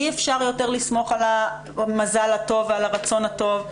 אי אפשר יותר לסמוך על המזל הטוב ועל הרצון הטוב.